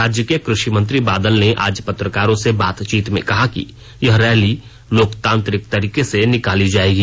राज्य के कृषि मंत्री बादल ने आज पत्रकारों से बातचीत में कहा कि यह रैली लोकतांत्रिक तरीके से निकाली जायेगी